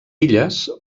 illes